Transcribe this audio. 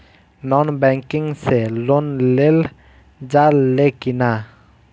Non banking से loan लेल जा ले कि ना?